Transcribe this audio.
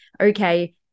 okay